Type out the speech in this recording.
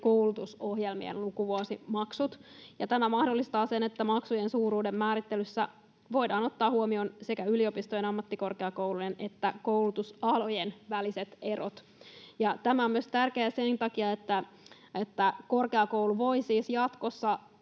koulutusohjelmien lukuvuosimaksut. Tämä mahdollistaa sen, että maksujen suuruuden määrittelyssä voidaan ottaa huomioon sekä yliopistojen, ammattikorkeakoulujen että koulutusalojen väliset erot. Tämä on tärkeää myös sen takia, että korkeakoulu voi siis jatkossa